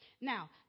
Now